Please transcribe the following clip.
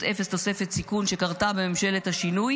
"אפס תוספת סיכון" שקרתה בממשלת השינוי